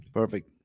perfect